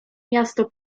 miasto